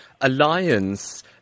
alliance